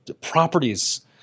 properties